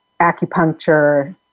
acupuncture